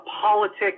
politics